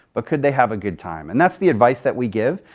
but could they have a good time? and that's the advice that we give,